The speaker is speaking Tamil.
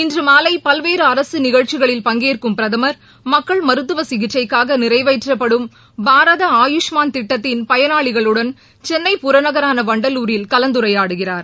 இன்று மாலை பல்வேறு அரசு நிகழ்ச்சிகளில் பங்கேற்கும் பிரதமர் மக்கள் மருத்துவ சிகிச்சைக்காக நிறைவேற்றப்படும் பாரத ஆயுஷ் மான் திட்டத்தின் பயனாளிகளுடன் சென்னை புறநகரான வண்டலூரில் கலந்துரையாடுகிறார்